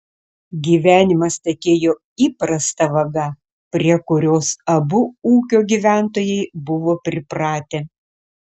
gyvenimas tekėjo įprasta vaga prie kurios abu ūkio gyventojai buvo pripratę